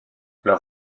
leur